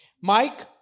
Mike